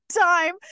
time